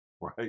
right